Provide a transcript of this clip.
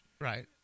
Right